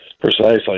Precisely